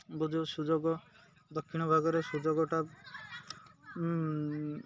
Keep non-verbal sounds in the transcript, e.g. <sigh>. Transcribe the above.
<unintelligible> ଯେଉଁ ସୁଯୋଗ ଦକ୍ଷିଣ ଭାଗରେ ସୁଯୋଗଟା